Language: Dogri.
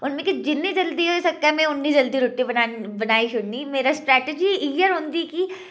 और मिकी जिन्नी जल्दी होई सकै में उन्नी जल्दी रुट्टी बनानी बनाई छोड़नी मेरी स्ट्रैटेजी इ'यै रऔंह्दी के